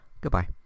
goodbye